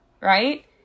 right